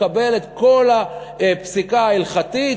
לקבל את כל הפסיקה ההלכתית,